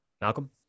Malcolm